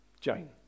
Jane